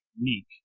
unique